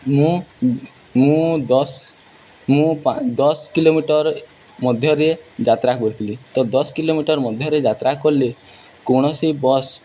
ମୁଁ ମୁଁ ଦଶ୍ ମୁଁ ପା ଦଶ୍ କିଲୋମିଟର୍ ମଧ୍ୟରେ ଯାତ୍ରା କରିଥିଲି ତ ଦଶ୍ କିଲୋମିଟର୍ ମଧ୍ୟରେ ଯାତ୍ରା କଲେ କୌଣସି ବସ୍